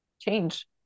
change